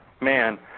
man